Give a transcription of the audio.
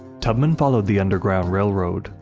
tubman followed the underground railroad,